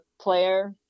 player